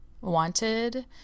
wanted